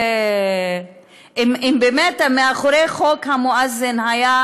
אם באמת מאחורי חוק המואזין היו